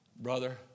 brother